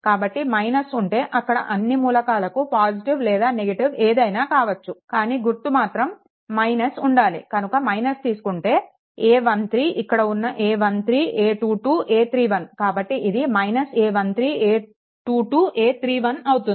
కాబట్టి అంటే ఇక్కడ ఉన్న మూలకాలు పాజిటివ్ లేదా నెగెటివ్ ఏదైనా కావచ్చు కానీ గుర్తు మాత్రం - ఉండాలి కనుక - తీసుకుంటే a13 ఇక్కడ ఉన్న a13 a22 a31 కాబట్టి ఇది a13a22a31 అవుతుంది